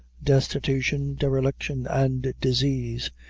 destitution, dereliction, and disease,